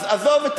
אז עזוב,